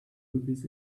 movies